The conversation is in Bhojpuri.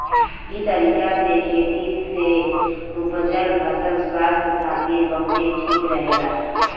इ तरीका से खेती से उपजल फसल स्वास्थ्य खातिर बहुते ठीक रहेला